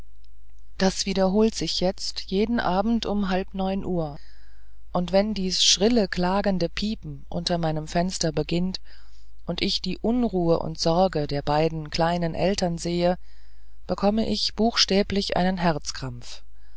das wiederholt sich jetzt jeden abend um halb neun uhr und wenn dies schrille klagende piepen unter meinem fenster beginnt und ich die unruhe und sorge der beiden kleinen eltern sehe bekomme ich buchstäblich einen